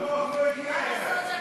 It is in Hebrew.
המוח לא הגיע אלייך.